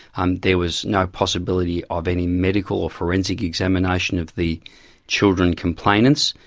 um there was no possibility of any medical or forensic examination of the children complainants,